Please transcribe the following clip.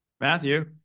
Matthew